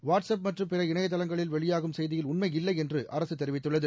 watts app மற்றும் பிற இணையதளங்களில் வெளியாகும் செய்தியில் உண்மை இல்லை என்று அரசு தெரிவித்துள்ளது